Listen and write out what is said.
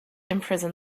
imprison